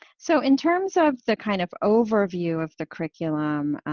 so in terms of the kind of overview of the curriculum,